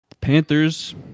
Panthers